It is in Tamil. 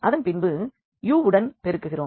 அதன்பின்பு இந்த u வுடன் பெருக்குகிறோம்